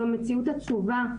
זו מציאות עצובה,